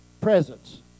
presence